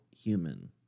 human